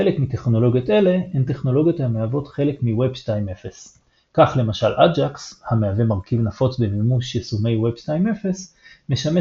חלק מטכנולוגיות אלה הן טכנולוגיות המהוות חלק מווב 2.0. כך למשל AJAX המהווה מרכיב נפוץ במימוש יישומי וב 2.0 משמשת